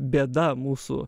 bėda mūsų